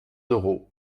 d’euros